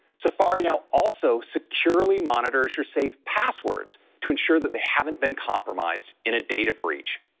safari now also securely monitors your saved passwords to ensure that they haven't been compromised in a data breach.